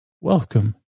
welcome